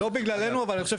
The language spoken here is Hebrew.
לא בגללנו, אבל אני חושב